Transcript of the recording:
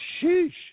sheesh